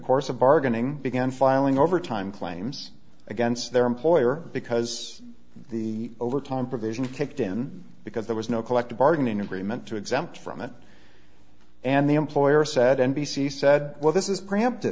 course of bargaining began filing overtime claims against their employer because the overtime provision kicked in because there was no collective bargaining agreement to exempt from it and the employer said n b c said well this is preempt